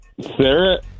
Sarah